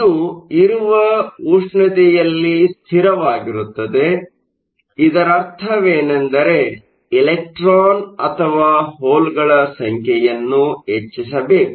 ಇದು ಇರುವ ಉಷ್ಣತೆಯಲ್ಲಿ ಸ್ಥಿರವಾಗಿರುತ್ತದೆ ಇದರರ್ಥವೆನೆಂದರೆ ಎಲೆಕ್ಟ್ರಾನ್ ಅಥವಾ ಹೋಲ್ಗಳ ಸಂಖ್ಯೆಯನ್ನು ಹೆಚ್ಚಿಸಬೇಕು